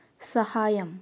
సహాయం